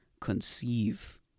conceive